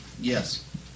Yes